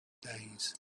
days